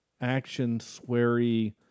action-sweary